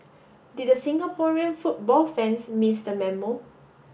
did the Singaporean football fans miss the memo